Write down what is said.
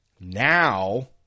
now